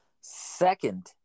second